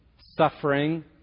suffering